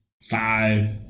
Five